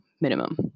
minimum